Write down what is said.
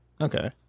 Okay